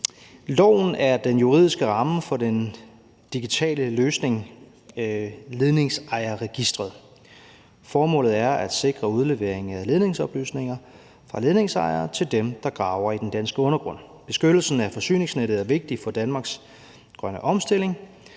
Loven er den juridiske ramme for den digitale løsning, Ledningsejerregistret. Formålet er at sikre udlevering af ledningsoplysninger fra ledningsejere til dem, der graver i den danske undergrund. Beskyttelsen af forsyningsnettet er vigtig for Danmarks grønne omstilling,